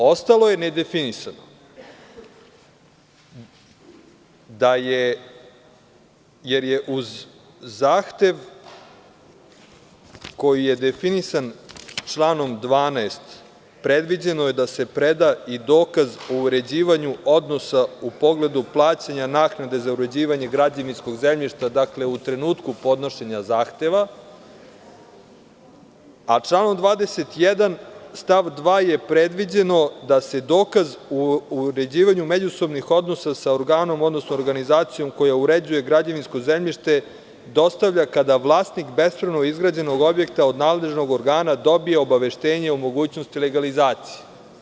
Ostalo je nedefinisano, jer je uz zahtev koji je definisan članom 12, predviđeno je da se preda i dokaz o uređivanju odnosa u pogledu plaćanja naknade za uređivanje građevinskog zemljišta u trenutku podnošenje zahteva, a članom 21. stav 2. je predviđeno da se dokaz o uređivanju međusobnih odnosa sa organom, odnosno organizacijom koja uređuje građevinsko zemljište, dostavlja kada vlasnik bespravno izgrađenog objekta od nadležnog organa dobije obaveštenje o mogućnosti legalizacije.